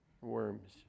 worms